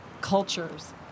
cultures